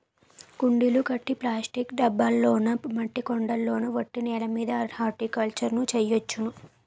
కుండీలు కట్టి ప్లాస్టిక్ డబ్బాల్లోనా మట్టి కొండల్లోన ఒట్టి నేలమీద హార్టికల్చర్ ను చెయ్యొచ్చును